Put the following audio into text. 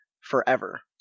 forever